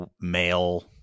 male